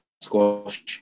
squash